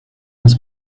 his